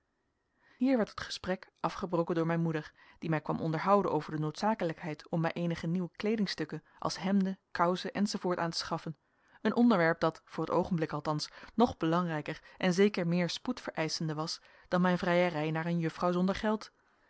hier werd het gesprek afgebroken door mijn moeder die mij kwam onderhouden over de noodzakelijkheid om mij eenige nieuwe kleedingstukken als hemden kousen enz aan te schaffen een onderwerp dat voor t oogenblik althans nog belangrijker en zeker meer spoed vereischende was dan mijn vrijerij naar een juffrouw zonder geld